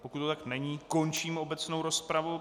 Pokud to tak není, končím obecnou rozpravu.